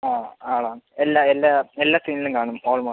ആ ആളാണ് എല്ലാ എല്ലാ എല്ലാ സ്ക്രീനിലും കാണും ഓൾമോസ്റ്റ്